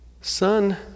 Son